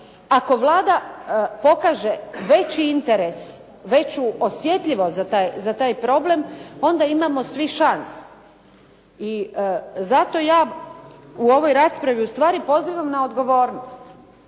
ako Vlada pokaže veći interes, veću osjetljivost za taj problem, onda imamo svi šanse. I zato ja u ovoj raspravi ustvari pozivam na odgovornost.